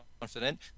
confident